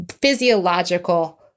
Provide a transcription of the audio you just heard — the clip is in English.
physiological